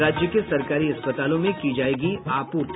राज्य के सरकारी अस्पतालों में की जायेगी आपूर्ति